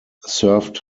served